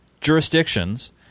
jurisdictions